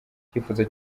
icyifuzo